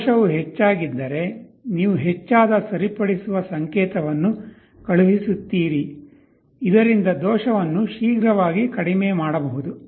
ದೋಷವು ಹೆಚ್ಚಾಗಿದ್ದರೆ ನೀವು ಹೆಚ್ಚಾದ ಸರಿಪಡಿಸುವ ಸಂಕೇತವನ್ನು ಕಳುಹಿಸುತ್ತೀರಿ ಇದರಿಂದ ದೋಷವನ್ನು ಶೀಘ್ರವಾಗಿ ಕಡಿಮೆ ಮಾಡಬಹುದು